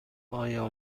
آیا